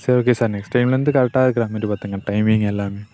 சரி okay sir next டைம்லிர்ந்து கரெட்டாக இருக்கிறமாரி பார்த்துக்கோங்க டைமிங் எல்லாமே